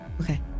Okay